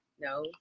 no